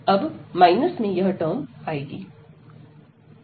अब माइनस में यह टर्म आएगी